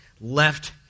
left